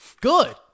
Good